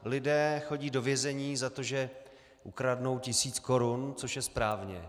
Lidé chodí do vězení za to, že ukradnou tisíc korun, což je správně.